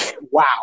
Wow